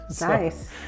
Nice